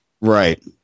Right